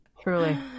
Truly